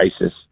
ISIS